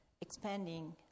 expanding